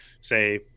say